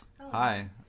Hi